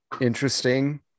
interesting